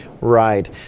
Right